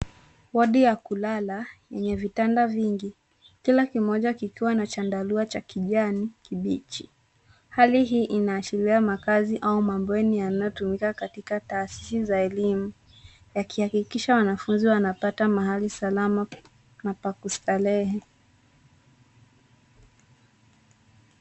Wadi ya kulala yenye vitanda vingi, kila kimoja kikiwa na chandarua cha kijani kibichi. Hali hii inaashiria makazi au mabweni yanayotumika katika taasisi za elimu, yakihakikisha wanafunzi wanapata mahali salama na pa kustarehe.